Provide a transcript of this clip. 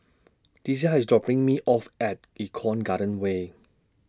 Deasia IS dropping Me off At Eco Garden Way